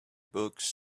books